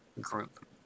group